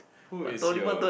who is your